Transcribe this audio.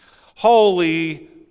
Holy